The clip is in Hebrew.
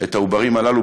את העוברים הללו,